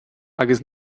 agus